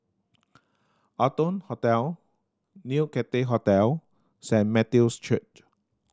Arton Hotel New Cathay Hotel Saint Matthew's Church